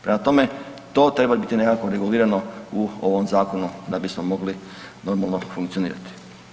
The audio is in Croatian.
Prema tome, to treba biti nekako regulirano u ovom Zakonu da bismo mogli normalno funkcionirati.